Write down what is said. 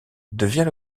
devient